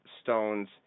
stones